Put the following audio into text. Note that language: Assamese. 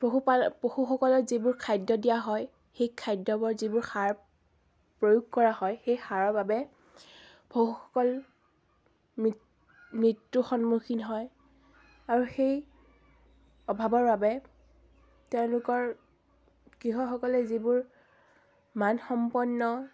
পশুপাল পশুসকলক যিবোৰ খাদ্য দিয়া হয় সেই খাদ্যবোৰত যিবোৰ সাৰ প্ৰয়োগ কৰা হয় সেই সাৰৰ বাবে পশুপালন মৃত্যুৰ সন্মুখীন হয় আৰু সেই অভাৱৰ বাবে তেওঁলোকৰ কৃষকসকলে যিবোৰ মানসম্পন্ন